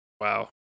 Wow